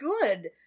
good